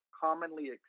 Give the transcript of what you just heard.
commonly